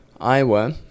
Iowa